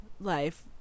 life